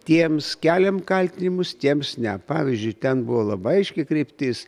tiems keliam kaltinimus tiems ne pavyzdžiui ten buvo labai aiški kryptis